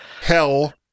hell